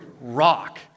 rock